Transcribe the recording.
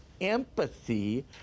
empathy